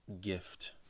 gift